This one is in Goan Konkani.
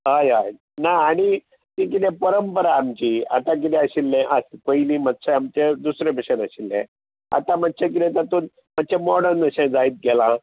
हय हय ना आनी ती कितें परंपरां आमची आतां कितें आशिल्ले पयलीं मातशें आमचे दुसरे भाशेन आशिल्ले आतां मातशे कितें तातूंत मातशें मॉडनर्न अशें जायत गेलां